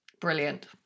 Brilliant